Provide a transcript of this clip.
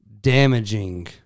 damaging